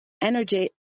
Energy